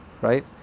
right